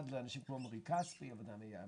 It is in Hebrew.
למה אני מתכוון, ניקח כדורסל, אוקיי?